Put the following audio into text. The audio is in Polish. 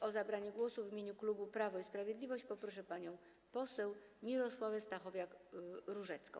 O zabranie głosu w imieniu klubu Prawo i Sprawiedliwość proszę panią poseł Mirosławę Stachowiak-Różecką.